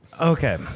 Okay